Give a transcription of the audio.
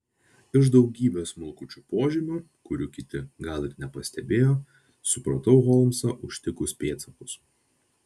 iš daugybės smulkučių požymių kurių kiti gal ir nepastebėjo supratau holmsą užtikus pėdsakus